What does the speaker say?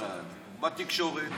לדעתי,